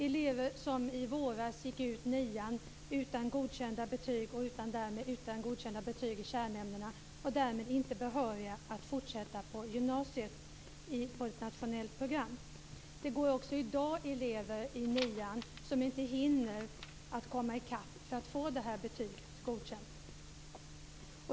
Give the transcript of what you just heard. Elever som i våras gick ut nian utan godkända betyg i kärnämnena är därmed inte behöriga att fortsätta på ett nationellt program på gymnasiet. Vidare finns det nu elever som går i nian och som inte hinner komma i kapp för att få betyget Godkänd.